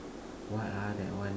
what ah that one